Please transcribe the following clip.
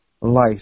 life